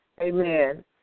amen